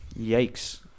Yikes